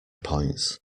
points